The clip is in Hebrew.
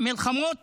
מלחמות